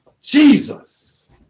Jesus